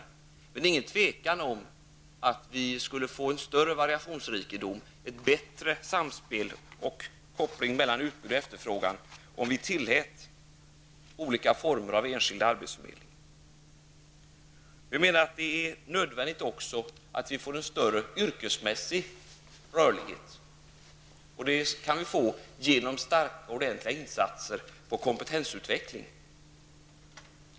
Men det råder inget tvivel om att vi skulle få en större variationsrikedom, ett bättre samspel och en koppling mellan utbud och efterfrågan om vi tillät olika former av enskild arbetsförmedling. Vi menar också att det är nödvändigt att vi får en större yrkesmässig rörlighet. Det kan vi få genom ordentliga insatser för kompetensutveckling.